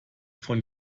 von